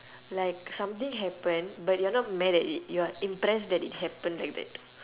like something happen but you're not mad at it you're impressed that it happened like that